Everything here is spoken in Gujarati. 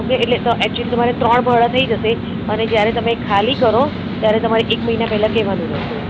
ઓકે એટલે તો એક્ચ્યુલી તમારે ત્રણ ભાડા થઈ જશે અને જ્યારે તમે ખાલી કરો ત્યારે તમારે એક મહિના પહેલાં કહેવાનું રહેશે